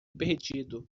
pedido